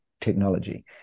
technology